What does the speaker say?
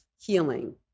healing